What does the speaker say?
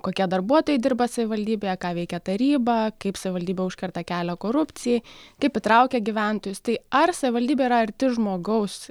kokie darbuotojai dirba savivaldybėje ką veikia taryba kaip savivaldybė užkerta kelią korupcijai kaip įtraukia gyventojus tai ar savivaldybė yra arti žmogaus